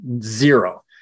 zero